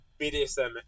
BDSM